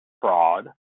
fraud